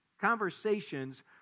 Conversations